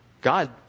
God